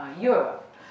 Europe